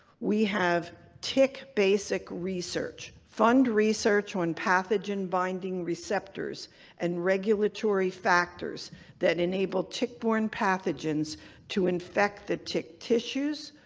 we have tick basic research fund research when pathogen binding receptors and regulatory factors that enable tick-borne pathogens to infect the tick tissues,